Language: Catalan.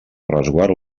resguard